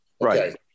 right